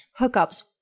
hookups